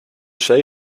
zee